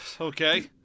Okay